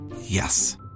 Yes